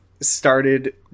started